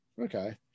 okay